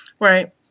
Right